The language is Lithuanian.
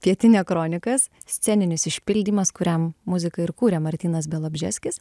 pietinė kronikas sceninis išpildymas kuriam muziką ir kūrė martynas bialobžeskis